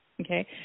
okay